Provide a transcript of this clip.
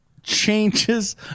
changes